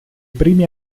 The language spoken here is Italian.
primi